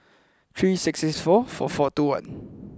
three six six four four four two one